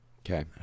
Okay